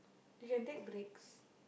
you can take breaks